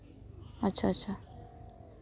ᱟᱪᱪᱷᱟ ᱟᱪᱪᱷᱟ